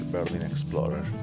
Berlinexplorer